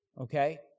okay